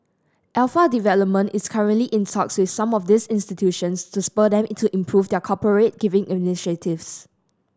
Alpha Development is currently in talks with some of these institutions to spur them to improve their corporate giving initiatives